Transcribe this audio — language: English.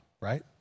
right